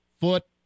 foot